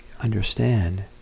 understand